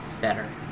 Better